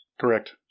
Correct